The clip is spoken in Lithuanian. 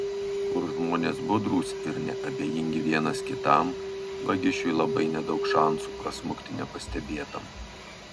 kur žmonės budrūs ir neabejingi vienas kitam vagišiui labai nedaug šansų prasmukti nepastebėtam